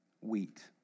wheat